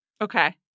Okay